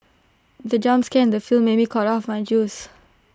the jump scare in the film made me cough out my juice